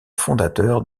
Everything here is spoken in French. fondateurs